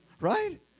Right